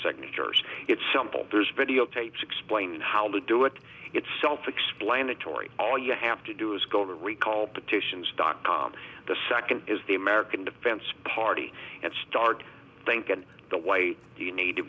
signatures it's simple there's videotapes explained how to do it it's self explanatory all you have to do is go to recall petitions dot com the second is the american defense party and start thinking the way you need to